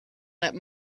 that